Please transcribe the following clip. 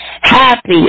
Happy